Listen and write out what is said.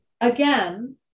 again